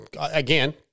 Again